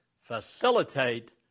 facilitate